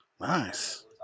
Nice